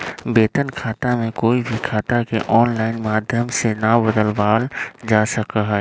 वेतन खाता में कोई भी खाता के आनलाइन माधम से ना बदलावल जा सका हई